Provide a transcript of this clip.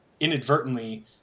Inadvertently